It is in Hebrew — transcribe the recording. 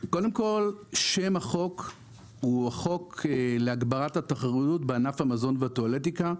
קודם כל שם החוק הוא החוק להגברת התחרותיות בענף המזון והטואלטיקה,